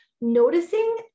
noticing